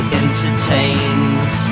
entertained